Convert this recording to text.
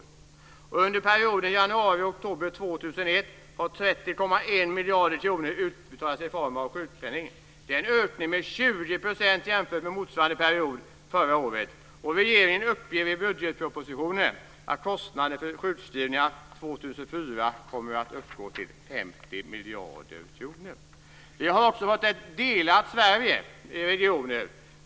Under perioden januari-oktober 2001 har 30,1 miljarder kronor utbetalats i form av sjukpenning. Det är en ökning med 20 % jämfört med motsvarande period förra året. Regeringen uppger i budgetpropositionen att kostnaderna för sjukskrivningar år 2004 kommer att uppgå till 50 Vi har också fått ett Sverige som är delat i regioner.